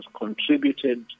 contributed